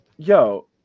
Yo